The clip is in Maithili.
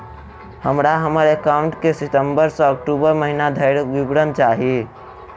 हमरा हम्मर एकाउंट केँ सितम्बर सँ अक्टूबर महीना धरि विवरण चाहि?